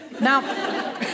Now